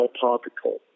particle